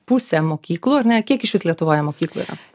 pusė mokyklų ar ne kiek išvis lietuvoje mokyklų yra